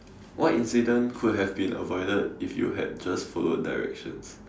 what incident could have been avoided if you had just followed directions